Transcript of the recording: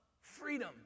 freedom